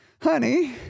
honey